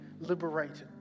liberated